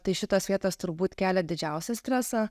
tai šitas vietas turbūt kelia didžiausią stresą